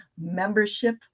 membership